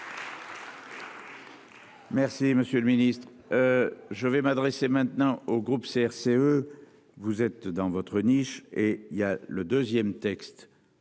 Merci, monsieur le Ministre. Je vais m'adresser maintenant au groupe CRCE. Vous êtes dans votre niche et il y a le 2ème texte